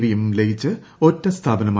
വിയും ലയിച്ച് ഒറ്റ സ്ഥാപനമായി